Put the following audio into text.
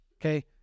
Okay